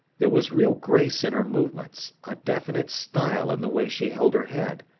there was real grace in her movements, a definite style in the way she held her head,